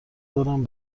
دارم